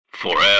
FOREVER